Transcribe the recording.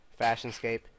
Fashionscape